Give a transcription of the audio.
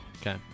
Okay